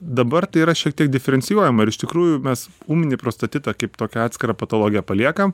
dabar tai yra šiek tiek diferencijuojama ir iš tikrųjų mes ūminį prostatitą kaip tokią atskirą patologiją paliekam